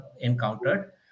encountered